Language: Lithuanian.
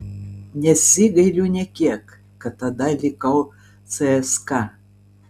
nesigailiu nė kiek kad tada likau cska